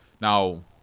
Now